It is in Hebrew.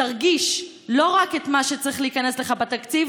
תרגיש לא רק את מה שצריך להיכנס לך בתקציב,